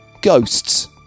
Ghosts